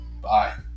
Bye